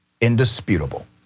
indisputable